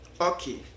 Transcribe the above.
Okay